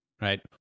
right